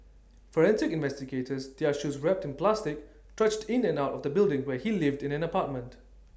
forensic investigators their shoes wrapped in plastic trudged in and out of the building where he lived in an apartment